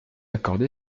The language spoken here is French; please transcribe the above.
accordé